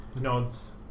nods